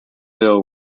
bill